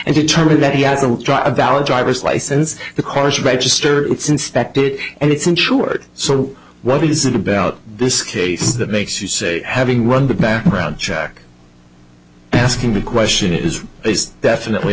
and determine that he has a valid driver's license the course register it's inspected and it's insured so what is it about this case that makes you say having run the background check and asking the question is definitely